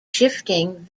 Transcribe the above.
shifting